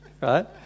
Right